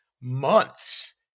months